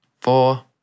four